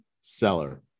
seller